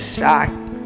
shocked